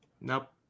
Nope